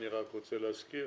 אני רק רוצה להזכיר